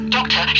Doctor